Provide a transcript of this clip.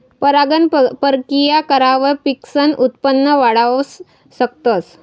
परागकण परकिया करावर पिकसनं उत्पन वाढाऊ शकतस